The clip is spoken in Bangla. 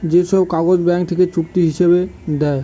যে সব কাগজ ব্যাঙ্ক থেকে চুক্তি হিসাবে দেয়